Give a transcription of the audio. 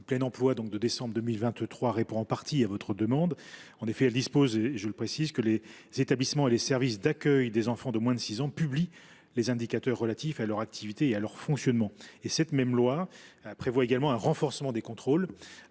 le plein emploi répond en partie à cette demande. Elle dispose en effet que les établissements et les services d’accueil des enfants de moins de 6 ans publient les indicateurs relatifs à leur activité et à leur fonctionnement. Elle prévoit également un renforcement des contrôles,